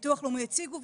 ביטוח לאומי הציגו,